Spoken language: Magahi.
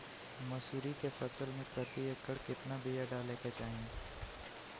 मसूरी के फसल में प्रति एकड़ केतना बिया डाले के चाही?